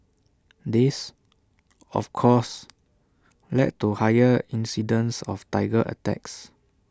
this of course led to higher incidences of Tiger attacks